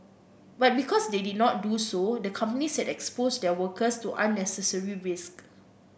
but because they did not do so the companies had exposed their workers to unnecessary risk